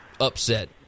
upset